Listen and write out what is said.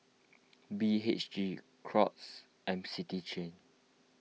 B H G Crocs and City Chain